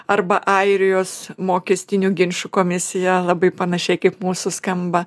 arba airijos mokestinių ginčų komisija labai panašiai kaip mūsų skamba